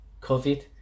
COVID